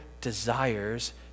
desires